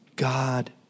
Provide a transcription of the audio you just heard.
God